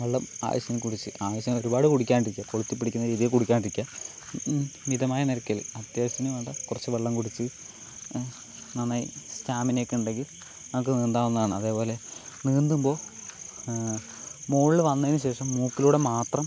വെള്ളം ആവശ്യത്തിന് കുടിച്ച് ആവശ്യത്തിന് ഒരുപാട് കുടിക്കാണ്ടിരിക്കുക കൊളുത്തിപ്പിടിക്കുന്ന രീതിയിൽ കുടിക്കാണ്ടിരിക്കുക മിതമായ നിരക്കിൽ അത്യാവശ്യത്തിന് വേണ്ട കുറച്ച് വെള്ളം കുടിച്ച് നന്നായി സ്റ്റാമിനയൊക്കെ ഉണ്ടെങ്കിൽ നമുക്ക് നീന്താവുന്നതാണ് അതേപോലെ നീന്തുമ്പോൾ മുകളിൽ വന്നതിനു ശേഷം മൂക്കിലൂടെ മാത്രം